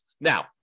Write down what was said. Now